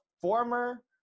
former